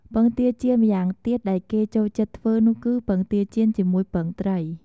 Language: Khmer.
ពងទាចៀនម្យ៉ាងទៀតដែលគេចូលចិត្តធ្វើនោះគឺ ពងទាចៀនជាមួយពងត្រី។